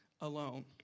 alone